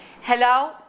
hello